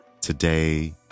today